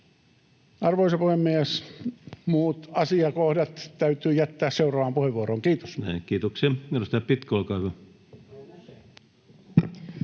Arvoisa puhemies! Muut asiakohdat täytyy jättää seuraavaan puheenvuoroon. — Kiitos. Näin, kiitoksia. — Edustaja Pitko, olkaa hyvä.